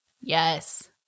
Yes